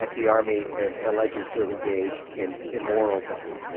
like the army ah alleges to engage in immoral behave